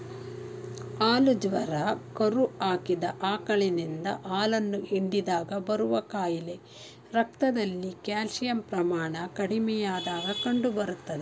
ಹಾಲು ಜ್ವರ ಕರು ಹಾಕಿದ ಆಕಳಿನಿಂದ ಹಾಲನ್ನು ಹಿಂಡಿದಾಗ ಬರುವ ಕಾಯಿಲೆ ರಕ್ತದಲ್ಲಿ ಕ್ಯಾಲ್ಸಿಯಂ ಪ್ರಮಾಣ ಕಡಿಮೆಯಾದಾಗ ಕಂಡುಬರ್ತದೆ